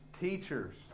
teachers